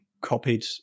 copied